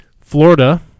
Florida